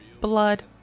blood